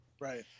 Right